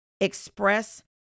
express